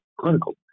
clinical